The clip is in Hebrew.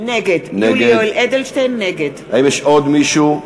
נגד האם יש עוד מישהו?